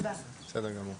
בסדר גמור.